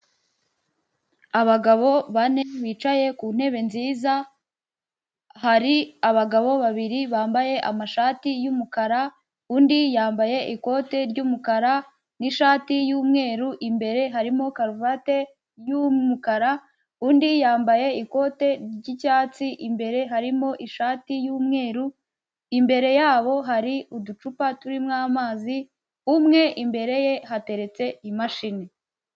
Abagabo bane bicaye ku ntebe nziza hari abagabo babiri bambaye amashati y'umukara undi yambaye ikote ry'umukara n'ishati y'umweru, imbere harimo karuvati y'umukara undi yambaye ikote ry'icyatsi, imbere harimo ishati y'umweru, imbere yabo hari uducupa turimo amazi umwe imbere ye hateretse imashini.